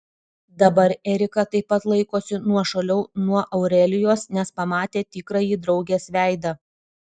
dabar erika taip pat laikosi nuošaliau nuo aurelijos nes pamatė tikrąjį draugės veidą